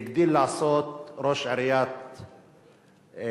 הגדיל לעשות ראש עיריית נצרת-עילית,